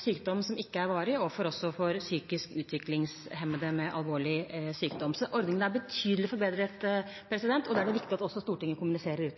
sykdom som ikke er varig, og også for psykisk utviklingshemmede med alvorlig sykdom. Ordningen er betydelig forbedret, og det er det viktig at også Stortinget kommuniserer